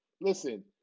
Listen